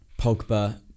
Pogba